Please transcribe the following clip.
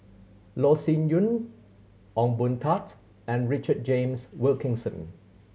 Loh Sin Yun Ong Boon Tat and Richard James Wilkinson